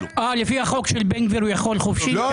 לפי החוק של בן גביר הוא יכול חופשי.